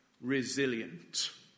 resilient